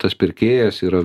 tas pirkėjas yra